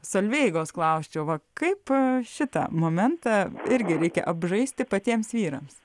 solveigos klausčiau va kaip šitą momentą irgi reikia apžaisti patiems vyrams